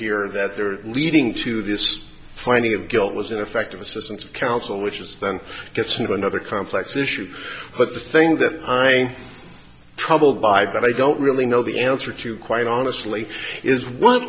here that they're leading to this finding of guilt was ineffective assistance of counsel which then gets into another complex issue but the thing that i troubled by that i don't really know the answer to quite honestly is one